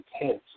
intense